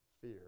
fear